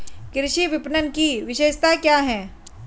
कृषि विपणन की विशेषताएं क्या हैं?